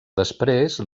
després